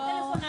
הנה הטלפון,